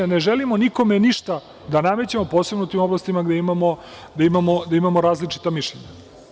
Ne želimo nikome ništa da namećemo, a posebno u tim oblastima gde imamo različita mišljenja.